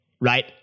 right